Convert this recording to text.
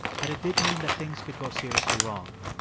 but it did mean that things could go seriously wrong.